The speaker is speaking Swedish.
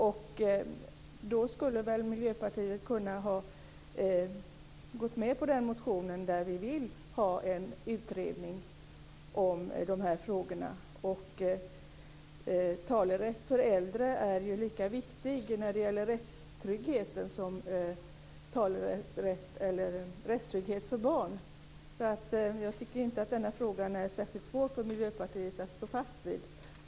Miljöpartiet skulle ha kunnat ställa sig bakom den motion där vi föreslår en utredning om de här frågorna. Rättstrygghet när det gäller talerätt för äldre är lika viktig som rättstrygghet för barn. Jag tycker inte att det skulle ha varit särskilt svårt för Miljöpartiet att stå fast vid denna fråga.